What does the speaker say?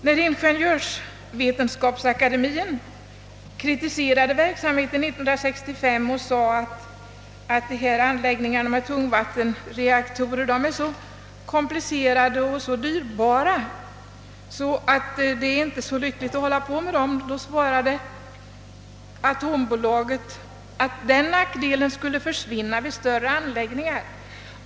När Ingeniörsvetenskapsakademin 1965 kritiserade verksamheten och anförde att anläggningar med tungvattenreaktorer vore så komplicerade och dyrbara, att det inte vore så lyckligt att använda dem, svarade atombolaget att den nackdelen skulle försvinna vid större anläggningar.